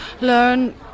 learn